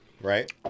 right